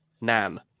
Nan